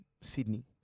Sydney